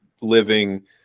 living